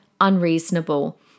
Unreasonable